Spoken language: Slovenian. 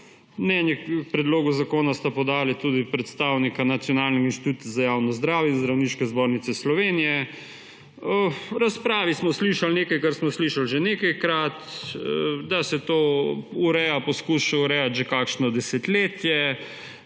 Mnenje k predlogu zakona sta podala tudi predstavnika Nacionalnega inštituta za javno zdravje in Zdravniške zbornice Slovenije. V razpravi smo slišali nekaj, kar smo slišali že nekajkrat, da se to poskuša urejati že kakšno desetletje;